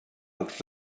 els